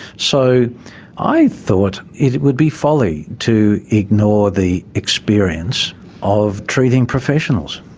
so i thought it would be folly to ignore the experience of treating professionals.